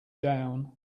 down